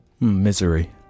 misery